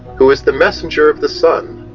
who is the messenger of the sun.